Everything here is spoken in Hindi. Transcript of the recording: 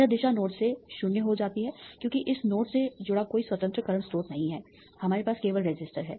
यह दिशा नोड से 0 हो जाती है क्योंकि इस नोड्स से जुड़ा कोई स्वतंत्र करंट स्रोत नहीं है हमारे पास केवल रेसिस्टर है